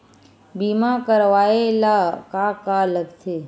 बीमा करवाय ला का का लगथे?